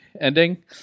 ending